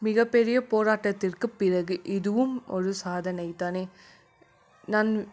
மிகப்பெரிய போராட்டத்திற்கு பிறகு இதுவும் ஒரு சாதனை தானே நான்